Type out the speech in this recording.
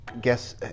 guess